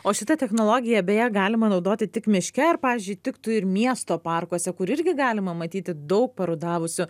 o šitą technologiją beje galima naudoti tik miške ar pavyzdžiui tiktų ir miesto parkuose kur irgi galima matyti daug parudavusių